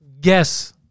Guess